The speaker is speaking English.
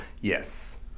Yes